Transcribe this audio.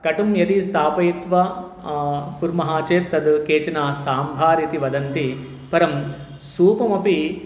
कटुम् यदि स्थापयित्वा कुर्मः चेत् तद् केचन साम्भार् इति वदन्ति परं सूपमपि